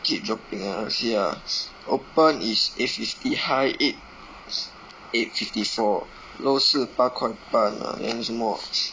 keep dropping ah you see ah open is eight fifty high eight eight fifty four low 是八块半 ah then 什么